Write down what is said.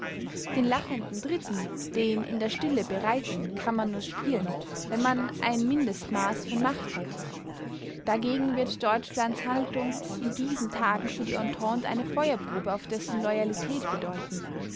den lachenden dritten den in der stille bereiten kann man nur spielen wenn man ein mindestmaß von macht hat dagegen wird deutschlands haltung in diesen tagen für die entente eine feuerprobe auf dessen loyalität bedeuten